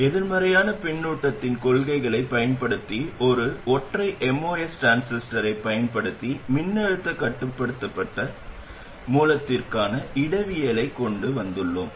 எதிர்மறையான பின்னூட்டத்தின் கொள்கைகளைப் பயன்படுத்தி ஒரு ஒற்றை MOS டிரான்சிஸ்டரைப் பயன்படுத்தி மின்னழுத்தக் கட்டுப்படுத்தப்பட்ட மின்னழுத்த மூலத்திற்கான இடவியலைக் கொண்டு வந்துள்ளோம்